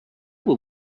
will